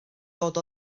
dod